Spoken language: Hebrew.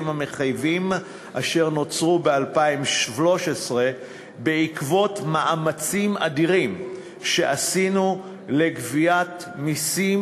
המחייבים אשר נוצרו ב-2013 בעקבות מאמצים אדירים שעשינו לגביית מסים,